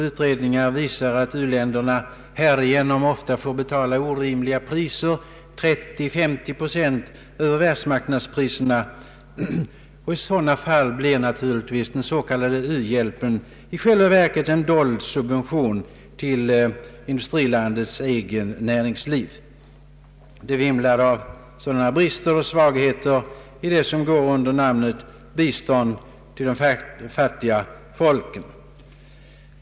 Utredningar visar att u-länderna härigenom ofta får betala orimliga priser, 30— 50 procent över världsmarknadspriserna. I sådana fall blir den s.k. u-hjälpen i själva verket en dold subvention till industrilandets eget näringsliv. Det vimlar av sådana brister och svagheter i det som går under namnet bistånd till de fattiga folken.